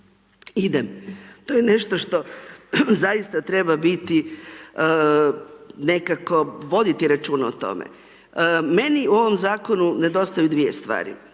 idem. To je nešto što zaista treba biti nekako voditi računa o tome. Meni u ovom zakonu nedostaju dvije stvari